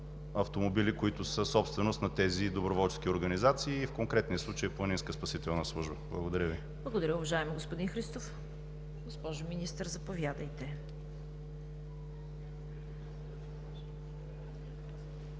автомобилите, които са собственост на тези доброволчески организации – в конкретния случай Планинска спасителна служба? Благодаря Ви. ПРЕДСЕДАТЕЛ ЦВЕТА КАРАЯНЧЕВА: Благодаря, уважаеми господин Христов. Госпожо Министър, заповядайте.